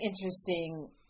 interesting